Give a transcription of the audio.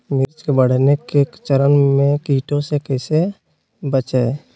मिर्च के बढ़ने के चरण में कीटों से कैसे बचये?